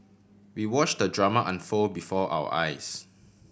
we watch the drama unfold before our eyes